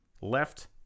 left